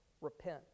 Repent